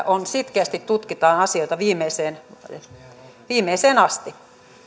on sitkeästi tutkitaan asioita viimeiseen asti